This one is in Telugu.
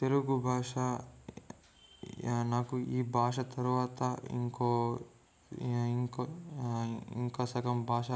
తెలుగు భాష నాకు ఈ భాష తర్వాత ఇంకో ఇంకో ఇంకా సగం భాష